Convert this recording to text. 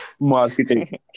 marketing